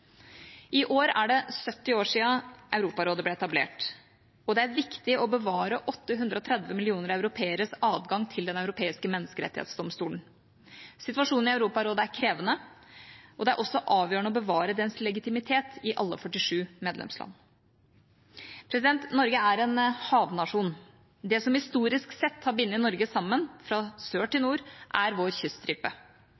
I år er det 70 år siden Europarådet ble etablert, og det er viktig å bevare 830 millioner europeeres adgang til Den europeiske menneskerettsdomstolen. Situasjonen i Europarådet er krevende, og det er også avgjørende å bevare dens legitimitet i alle 47 medlemsland. Norge er en havnasjon. Det som historisk sett har bundet Norge sammen – fra sør til